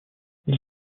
ils